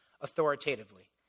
authoritatively